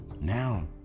now